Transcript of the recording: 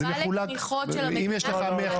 זה לא.